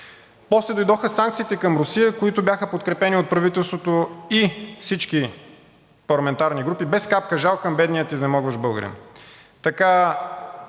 После дойдоха санкциите към Русия, които бяха подкрепени от правителството и всички парламентарни групи без капка жал към бедния изнемогващ българин.